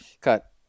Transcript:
Cut